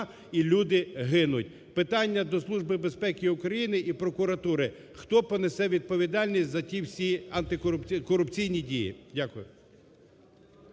і люди гинуть. Питання до Служби безпеки України і прокуратури: хто понесе відповідальність за ті всі антикорупційні дії. Дякую.